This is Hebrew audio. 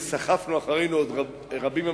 סחבנו אחרינו וסחפנו אחרינו עוד רבים,